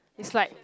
is like